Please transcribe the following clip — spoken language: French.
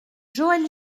joël